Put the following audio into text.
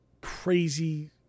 crazy